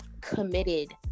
committed